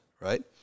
right